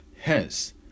Hence